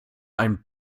einen